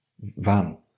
van